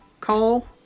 call